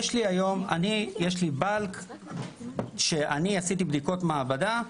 יש לי היום באלק ואני עשיתי בדיקות מעבדה,